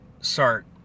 start